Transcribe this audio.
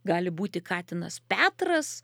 gali būti katinas petras